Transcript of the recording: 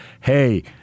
hey